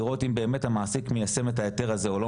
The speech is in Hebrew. לראות אם באמת המעסיק מיישם את ההיתר הזה או לא